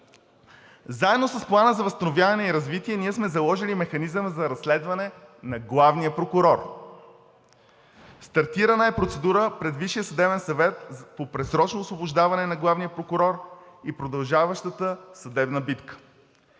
Заедно с Плана за възстановяване и развитие ние сме заложили механизъм за разследване на главния прокурор, стартирана е процедура пред Висшия съдебен съвет по предсрочното освобождаване на главния прокурор и продължаващата съдебна битка.